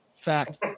Fact